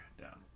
down